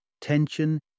tension